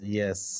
yes